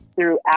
throughout